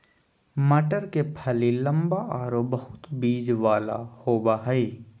मटर के फली लम्बा आरो बहुत बिज वाला होबा हइ